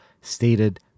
stated